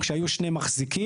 כשהיו שני מחזיקים,